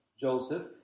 Joseph